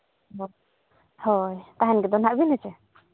ᱚ ᱦᱳᱭ ᱛᱟᱦᱮᱱ ᱜᱮᱫᱚ ᱱᱟᱜ ᱵᱮᱱ ᱦᱮᱸᱪᱮ